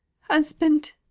husband